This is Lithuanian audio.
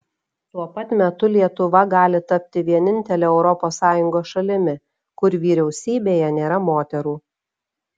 tuo pat metu lietuva gali tapti vienintele europos sąjungos šalimi kur vyriausybėje nėra moterų